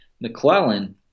McClellan